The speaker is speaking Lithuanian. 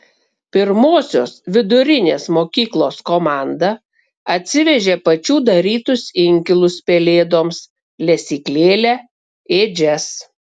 pirmosios vidurinės mokyklos komanda atsivežė pačių darytus inkilus pelėdoms lesyklėlę ėdžias